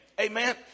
Amen